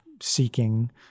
seeking